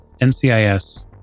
NCIS